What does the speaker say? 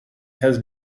has